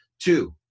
Two